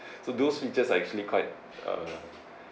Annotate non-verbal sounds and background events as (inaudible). (breath) so those features are actually quite uh